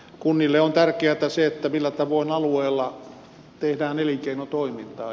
kunnille on tärkeätä se millä tavoin alueella tehdään elinkeinotoimintaa